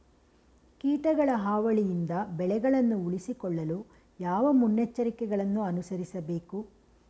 ಕೀಟಗಳ ಹಾವಳಿಯಿಂದ ಬೆಳೆಗಳನ್ನು ಉಳಿಸಿಕೊಳ್ಳಲು ಯಾವ ಮುನ್ನೆಚ್ಚರಿಕೆಗಳನ್ನು ಅನುಸರಿಸಬೇಕು?